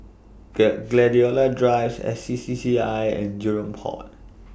Gladiola Drive S C C C I and Jurong Port